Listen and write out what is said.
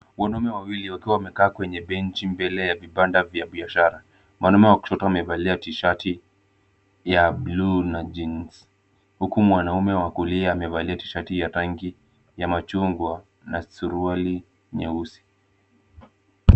Wanaume wawili wakiwa wamekaa kwenye benchi mbele ya vibanda vya biashara. Mwanaume wa kushoto amevalia tshirt ya blue na jeans huku mwanaume wa kulia amevalia tshirt ya rangi ya machungwa na suruali nyeusi.